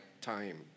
time